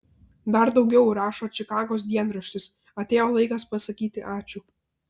dar daugiau rašo čikagos dienraštis atėjo laikas pasakyti ačiū